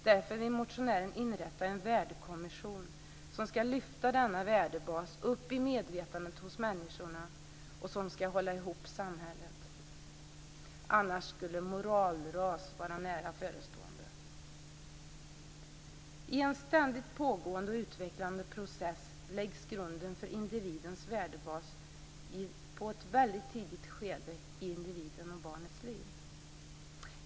Därför vill motionären inrätta en värdekommission som skall lyfta denna värdebas upp i medvetandet hos människorna och som skall hålla ihop samhället. Annars skulle moralras vara nära förestående. I en ständigt pågående och utvecklande process läggs grunden för individens värdebas i ett väldigt tidigt skede i individens och barnets liv.